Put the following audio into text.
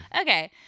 Okay